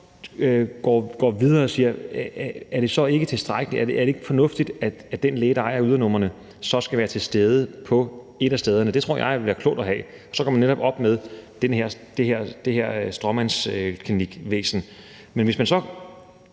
går videre og siger, om det så ikke er tilstrækkeligt og fornuftigt, at den læge, der ejer ydernumrene, skal være til stede på et af stederne, så tror jeg det ville være klogt, for så gør man netop op med det her stråmandsklinikvæsen. Men hvis man så